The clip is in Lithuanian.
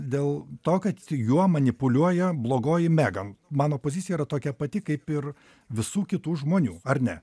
dėl to kad juo manipuliuoja blogoji megan mano pozicija yra tokia pati kaip ir visų kitų žmonių ar ne